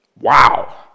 Wow